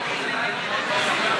מיקי, זה 1,300 שנה לפני שהאסלאם נוצר.